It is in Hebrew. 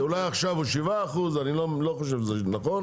אולי עכשיו הוא 7%, אני לא חושב שזה נכון,